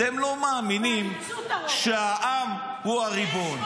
אתם לא מאמינים שהעם הוא הריבון.